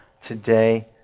today